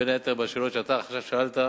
בין היתר בשאלות שעכשיו שאלת.